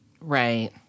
Right